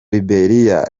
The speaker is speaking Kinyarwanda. liberia